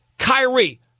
Kyrie